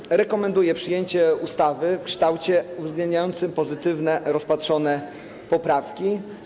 Komisja rekomenduje przyjęcie ustawy w kształcie uwzględniającym pozytywnie rozpatrzone poprawki.